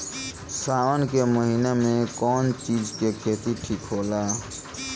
सावन के महिना मे कौन चिज के खेती ठिक होला?